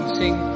sing